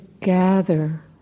gather